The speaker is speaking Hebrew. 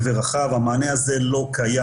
אני אומר לך באחוריות שהמסגרת לא הייתה קמה.